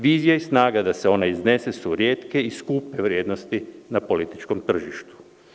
Vizija i snaga da se ona iznese su retke i skupe vrednosti na političkom tržištu.